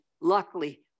Luckily